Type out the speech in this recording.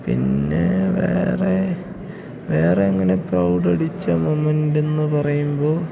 പിന്നെ വേറെ വേറെ അങ്ങനെ പ്രൗഡടിച്ച മൊമെൻറ്റെന്ന് പറയുമ്പോൾ